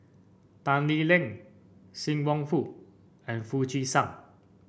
Tan Lee Leng Sim Wong Hoo and Foo Chee San